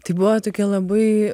tai buvo tokia labai